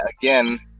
again